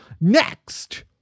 Next